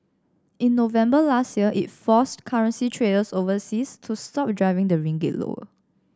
in November last year it forced currency traders overseas to stop driving the ringgit lower